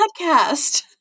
podcast